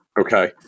Okay